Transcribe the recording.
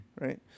right